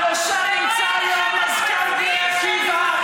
שבראשה נמצא היום מזכ"ל בני עקיבא,